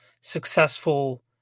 successful